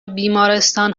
بیمارستان